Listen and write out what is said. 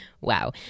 wow